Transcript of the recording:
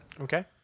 Okay